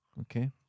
Okay